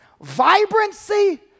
Vibrancy